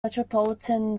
metropolitan